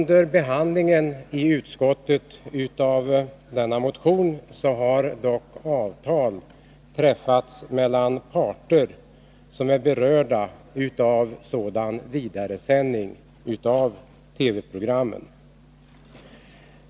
Under behandlingen i utskottet av denna motion har dock avtal träffats mellan parter som är berörda av sådan vidaresändning av TV-program.